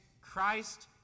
Christ